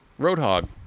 Roadhog